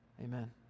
Amen